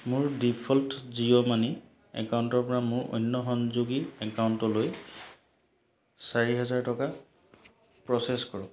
মোৰ default Jio money একাউণ্টৰ পৰা মোৰ অন্য সংযোগী একাউণ্টলৈ চাৰি হাজাৰ টকা প্ৰ'চেছ কৰক